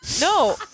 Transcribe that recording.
No